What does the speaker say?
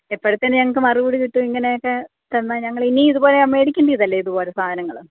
എപ്പോഴത്തേന് ഞങ്ങൾക്ക് മറുപടി കിട്ടും ഇങ്ങനെയൊക്കെ തന്നെ ഞങ്ങൾ ഇനീം ഇതുപോലെ മേടിക്കേണ്ടതല്ലേ ഇത് പോലെ സാധനങ്ങൾ